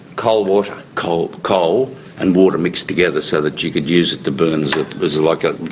coal-water? coal coal and water mixed together so that you could use it to burn as like a.